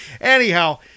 anyhow